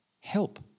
help